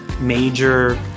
major